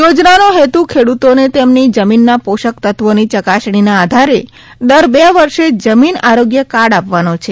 યોજનાનો હેતુ ખેડુતોને તેમની જમીનના પોષક તત્વોની ચકાસણીના આધારે દર બે વર્ષે જમીન આરોગ્ય કાર્ડ આપવાનો છે